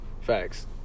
facts